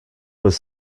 was